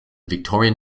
victorian